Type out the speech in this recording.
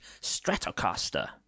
Stratocaster